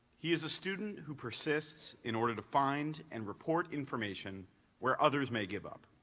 he is a student who persists in order to find and report information where others may give up.